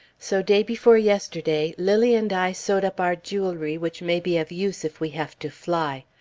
so day before yesterday, lilly and i sewed up our jewelry, which may be of use if we have to fly.